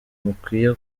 mukwiye